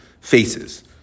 faces